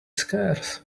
scarce